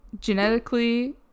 genetically